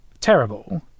terrible